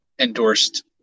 endorsed